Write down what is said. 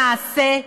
למעשה,